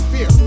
Fear